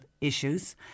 issues